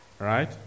Right